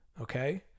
okay